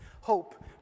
hope